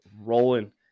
rolling